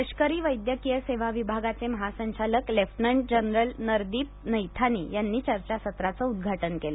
लष्करी वैद्यकीय सेवा विभागाचे महासंचालक लेफ्टनं जनरल नरदीप नैथानी यांनी चर्चासत्राचं उद्घाटन केलं